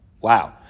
Wow